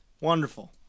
Wonderful